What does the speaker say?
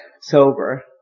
sober